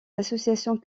associations